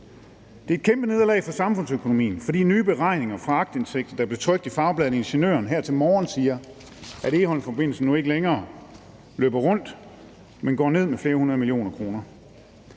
Det er et kæmpe nederlag for samfundsøkonomien, fordi nye beregninger fra en aktindsigt, der blev trykt i fagbladet Ingeniøren her til morgen, siger, at Egholmforbindelsen nu ikke længere løber rundt, men går ned med flere 100 mio. kr.